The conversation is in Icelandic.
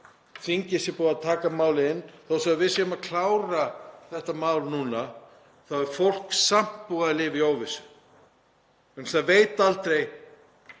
þingið sé búið að taka málið inn, þó svo að við séum að klára þetta mál núna þá er fólk samt búið að lifa í óvissu vegna